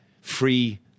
free